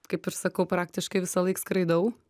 kaip ir sakau praktiškai visąlaik skraidau